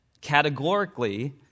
categorically